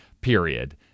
period